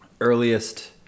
earliest